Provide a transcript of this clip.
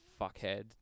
fuckhead